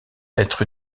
être